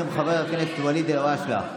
חברת הכנסת יפעת שאשא ביטון,